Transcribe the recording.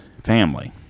family